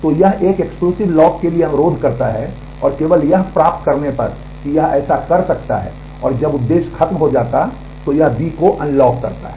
तो यह एक एक्सक्लूसिव लॉक के लिए अनुरोध करता है और केवल यह प्राप्त करने पर कि यह ऐसा कर सकता है और जब यह उद्देश्य खत्म हो जाता है तो यह B को अनलॉक करता है